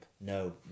No